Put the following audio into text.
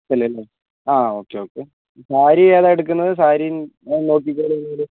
X L അല്ലേ ആ okay okay sari ഏതാണ് എടുക്കുന്നത് സാരിയും നോക്കിക്കോളൂ നിങ്ങൾ